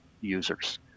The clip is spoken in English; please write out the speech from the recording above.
users